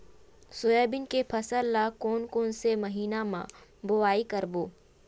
Soybean के फसल ल कोन कौन से महीना म बोआई करबो?